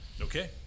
Okay